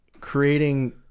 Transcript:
creating